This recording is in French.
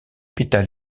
pétales